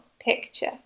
picture